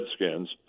Redskins